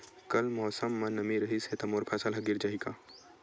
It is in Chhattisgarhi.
कल मौसम म नमी रहिस हे त मोर फसल ह गिर जाही का?